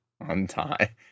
Untie